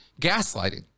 gaslighting